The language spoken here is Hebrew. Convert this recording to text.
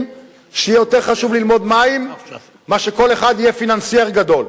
שיותר חשוב ללמוד מים מאשר שכל אחד יהיה פיננסייר גדול.